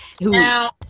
Now